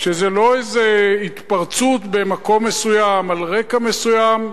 שזה לא איזה התפרצות במקום מסוים, על רקע מסוים,